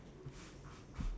ya